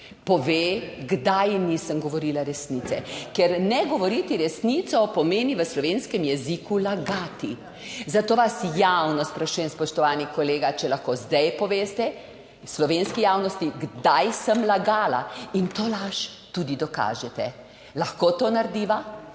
pove, kdaj nisem govorila resnice? Ker ne govoriti resnico pomeni v slovenskem jeziku lagati. Zato vas javno sprašujem, spoštovani kolega, če lahko zdaj poveste slovenski javnosti kdaj sem lagala in to laž tudi dokažete, lahko to narediva?